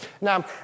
Now